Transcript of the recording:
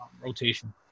rotation